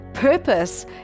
purpose